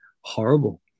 horrible